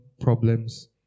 problems